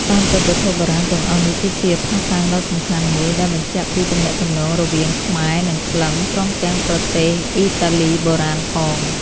តាមពិត វត្ថុបុរាណ ទាំងអស់នេះគឺជាភស្តុតាងដ៏សំខាន់មួយដែលបញ្ជាក់ពី ទំនាក់ទំនង រវាងខ្មែរនិង ក្លិង្គ ព្រមទាំងប្រទេស អ៊ីតាលីបុរាណ ផង។